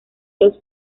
los